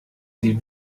sie